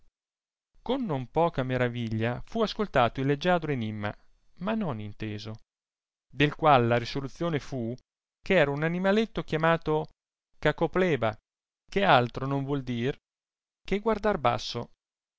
con non poca maraviglia fu ascoltato il leggiadro enimma ma non inteso del qual la risoluzione fu che era un animaletto chiamato cacopleba che altro non vuol dire che guardar basso